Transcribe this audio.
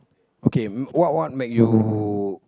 okay what what make you